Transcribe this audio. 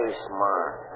smart